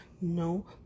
No